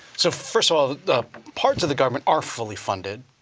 so first of all, the parts of the government are fully funded,